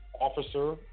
officer